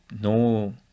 no